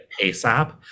ASAP